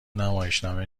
نمایشنامه